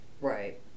right